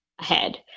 ahead